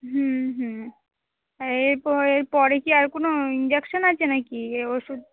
হুম হুম এর এর পরে কি আর কোনো ইঞ্জেকশান আছে নাকি এ ওষুধ